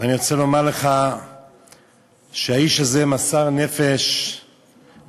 ואני רוצה לומר לך שהאיש הזה מסר נפש בגבורה,